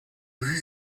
aussi